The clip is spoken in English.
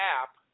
app